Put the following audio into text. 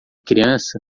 criança